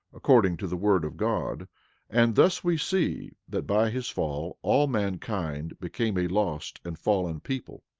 according to the word of god and thus we see, that by his fall, all mankind became a lost and fallen people.